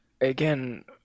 again